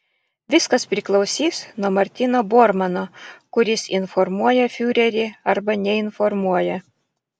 viskas priklausys nuo martyno bormano kuris informuoja fiurerį arba neinformuoja